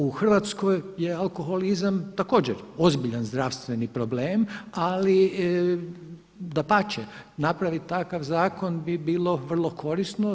U Hrvatskoj je alkoholizam također ozbiljan zdravstveni problem, ali dapače napravit takav zakon bi bilo vrlo korisno.